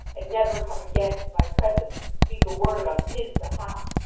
and never come again into my presence to speak a word on his behalf!